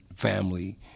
family